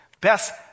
best